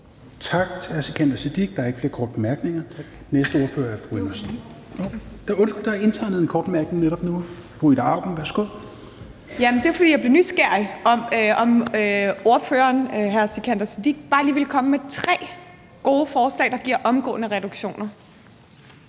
Tak til hr. Sikandar Siddique. Der er ikke flere korte bemærkninger. Jo, undskyld, der er indtegnet en kort bemærkning netop nu. Fru Ida Auken, værsgo. Kl. 22:17 Ida Auken (S): Jeg blev nysgerrig efter at høre, om ordføreren, hr. Sikandar Siddique, bare lige ville komme med tre gode forslag, der giver omgående reduktioner.